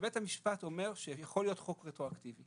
שבית המשפט אומר שיכול להיות חוק רטרואקטיבי